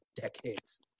decades